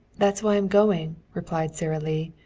that's why i'm going, replied sara lee,